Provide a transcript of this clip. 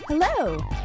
Hello